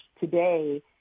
today